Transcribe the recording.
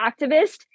activist